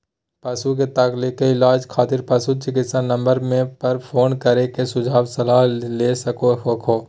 पशु के तात्कालिक इलाज खातिर पशु चिकित्सा नम्बर पर फोन कर के सुझाव सलाह ले सको हखो